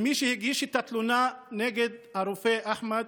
מי שהגיש את התלונה נגד הרופא אחמד